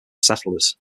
settlers